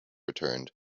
returned